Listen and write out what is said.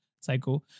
Psycho